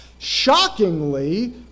Shockingly